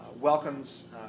welcomes